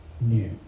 new